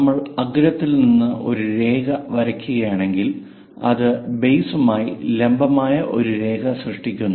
നമ്മൾ അഗ്രത്തിൽ നിന്ന് ഒരു രേഖ വരയ്ക്കുകയാണെങ്കിൽ അത് ബേസ് ഉമായി ലംബമായ ഒരു രേഖ സൃഷ്ടിക്കുന്നു